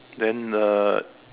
then the